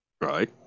right